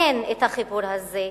אין החיבור הזה.